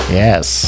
yes